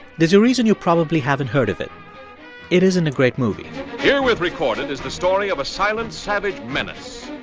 there's a reason you probably haven't heard of it it isn't a great movie here with recorded is the story of a silent, savage menace.